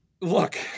look